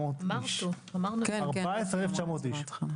14,900 אנשים.